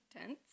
tense